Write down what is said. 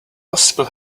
possible